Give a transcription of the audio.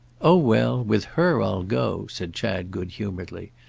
oh well, with her i'll go, said chad good-humouredly.